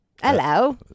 Hello